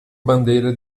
bandeira